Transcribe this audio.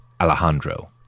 Alejandro